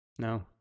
no